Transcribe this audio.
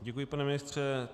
Děkuji, pane ministře.